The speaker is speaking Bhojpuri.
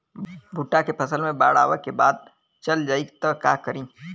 भुट्टा के फसल मे बाढ़ आवा के बाद चल जाई त का करी?